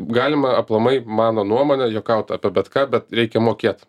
galima aplamai mano nuomone juokaut apie bet ką bet reikia mokėt